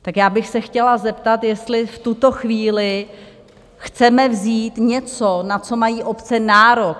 Tak já bych se chtěla zeptat, jestli v tuto chvíli chceme vzít něco, na co mají obce nárok.